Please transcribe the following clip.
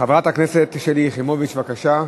חברת הכנסת שלי יחימוביץ, בבקשה,